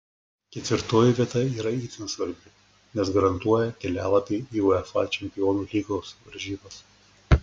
ketvirtoji vieta yra itin svarbi nes garantuoja kelialapį į uefa čempionų lygos varžybas